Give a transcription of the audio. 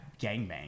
gangbang